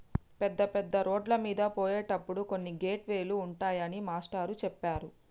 పెద్ద పెద్ద రోడ్లమీద పోయేటప్పుడు కొన్ని గేట్ వే లు ఉంటాయని మాస్టారు చెప్పారు